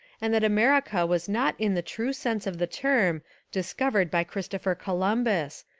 and that america was not in the true sense of the term discovered by christopher columbus,